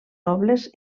nobles